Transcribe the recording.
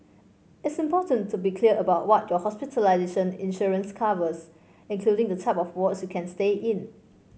it's important to be clear about what your hospitalization insurance covers including the type of wards you can stay in